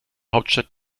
hauptstadt